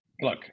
Look